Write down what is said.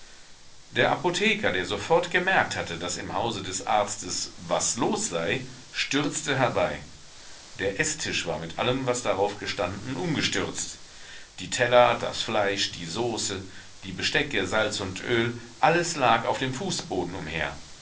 der apotheker der sofort gemerkt hatte daß im hause des arztes was los sei stürzte herbei der eßtisch war mit allem was darauf gestanden umgestürzt die teller das fleisch die sauce die bestecke salz und öl alles lag auf dem fußboden umher